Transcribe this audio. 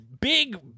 big